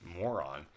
moron